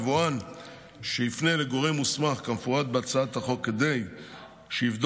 יבואן שיפנה לגורם מוסמך כמפורט בהצעת החוק כדי שיבדוק